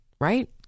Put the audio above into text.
Right